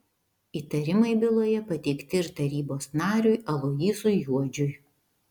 įtarimai byloje pateikti ir tarybos nariui aloyzui juodžiui